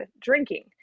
drinking